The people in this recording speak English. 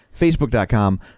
Facebook.com